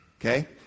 Okay